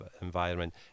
environment